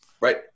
Right